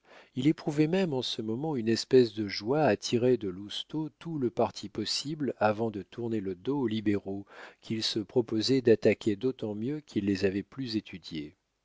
il éprouvait même en ce moment une espèce de joie à tirer de lousteau tout le parti possible avant de tourner le dos aux libéraux qu'il se proposait d'attaquer d'autant mieux qu'il les avait plus étudiés